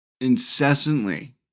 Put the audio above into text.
incessantly